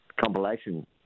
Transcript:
compilation